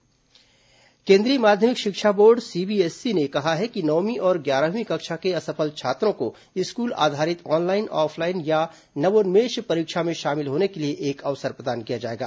CBSE परीक्षा केंद्रीय माध्यमिक शिक्षा बोर्ड सीबीएसई ने कहा है कि नवमीं और ग्यारहवीं कक्षा के असफल छात्रों को स्कूल आधारित ऑनलाइन ऑफलाइन या नवोन्मेष परीक्षा में शामिल होने के लिए एक अवसर प्रदान किया जाएगा